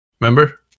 Remember